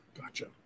Gotcha